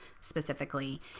specifically